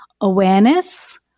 awareness